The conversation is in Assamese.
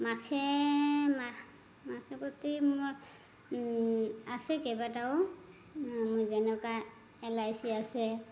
মাহে মাহে প্ৰতি মোৰ আছে কেইবাটাও মোৰ যেনেকুৱা এল আই চি আছে